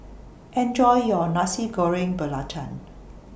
Enjoy your Nasi Goreng Belacan